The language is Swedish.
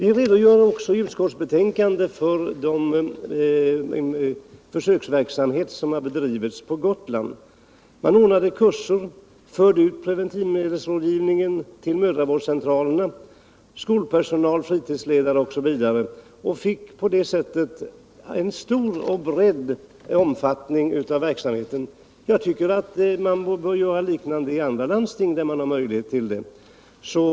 I utskottsbetänkandet redogör vi även för den försöksverksamhet som har bedrivits på Gotland. Man ordnade kurser, förde ut preventivmedelsrådgivningen till mödravårdscentralerna, skolpersonal, fritidsledare osv. och fick på det sättet en stor och bred omfattning av verksamheten. Jag tycker att man borde göra något liknande i andra landsting där man har möjlighet att göra så.